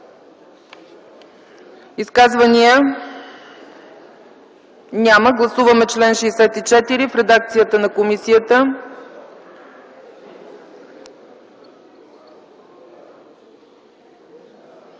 Изказвания? Няма. Гласуваме чл. 64 в редакцията на комисията.